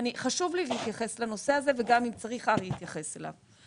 חשוב לי להתייחס לנושא הזה ואם צריך גם אריה יתייחס אליו.